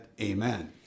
Amen